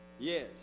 Yes